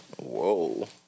Whoa